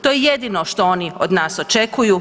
To je jedino što oni od nas očekuju.